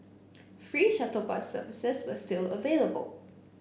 free shuttle bus services were still available